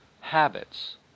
Habits